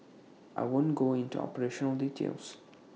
I won't go into operational details